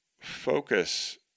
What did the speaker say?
focus